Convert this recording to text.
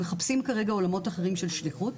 ומחפשים כרגע עולמות אחרים של שליחות.